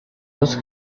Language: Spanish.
dos